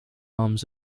arms